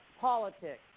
politics